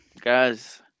guys